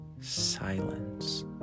silence